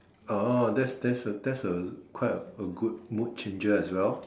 orh that's that's a that's a quite a good mood changer as well